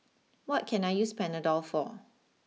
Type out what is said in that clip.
what can I use Panadol for